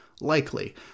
likely